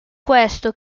questo